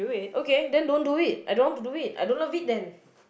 okay then don't do it I don't want to do it I don't love it then